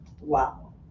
wow